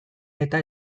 eta